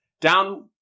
down